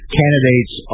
candidates